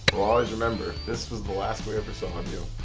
always remember, this was the last we ever saw of you.